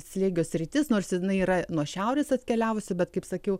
slėgio sritis nors jinai yra nuo šiaurės atkeliavusi bet kaip sakiau